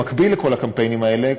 במקביל לכל הקמפיינים האלה,